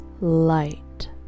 light